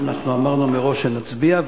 אנחנו אמרנו מראש שנצביע,